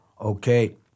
okay